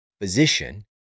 physician